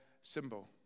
symbol